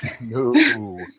No